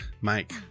Mike